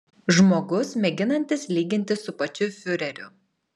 žmogus mėginantis lygintis su pačiu fiureriu